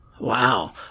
Wow